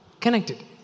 connected